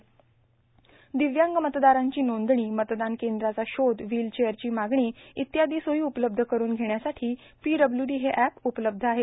र्दिव्यांग मतदारांची नांदणी मतदान कद्राचा शोध व्हांल चेअरची मागणी इत्यादी सोयी उपलब्ध करून घेण्यासाठो पीडब्ल्यूडी हे एप उपलब्ध आहे